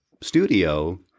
studio